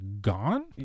gone